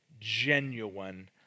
genuine